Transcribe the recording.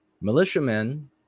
Militiamen